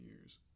years